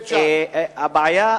הבעיה,